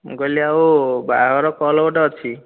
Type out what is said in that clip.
ମୁଁ କହିଲି ଆଉ ବାହାଘର କଲ୍ ଗୋଟେ ଅଛି